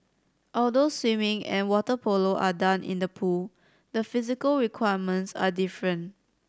although swimming and water polo are done in the pool the physical requirements are different